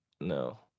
no